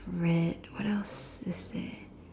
read what else is there